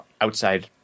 outside